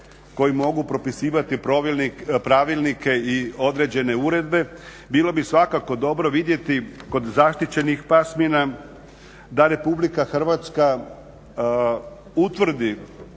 koji mogu propisivati pravilnike i određene uredbe bilo bi svakako dobro vidjeti kod zaštićenih pasmina da RH utvrdi